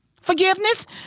forgiveness